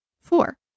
Four